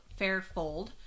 Fairfold